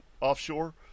offshore